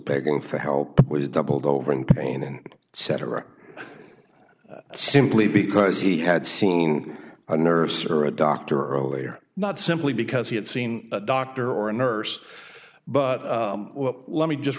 begging for help was doubled over in pain and cetera simply because he had seen a nurse or a doctor earlier not simply because he had seen a doctor or a nurse but let me just